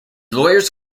lawyers